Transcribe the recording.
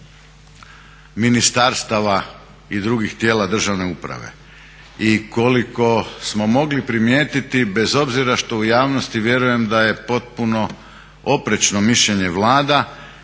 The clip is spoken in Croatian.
ministarstava i drugih tijela državne uprave. I koliko smo mogli primijetiti bez obzira što u javnosti vjerujem da je potpuno oprečno mišljenje Vlada